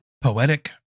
Poetic